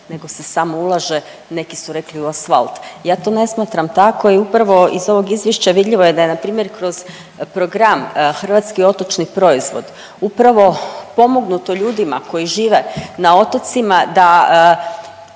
nego se samo ulaže, neki su rekli u asfalt. Ja to ne smatram tako i upravo iz ovog izvješća vidljivo je da je npr. kroz program Hrvatski otočni proizvod upravo pomognuto ljudima koji žive na otocima da